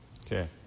Okay